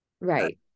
Right